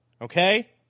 Okay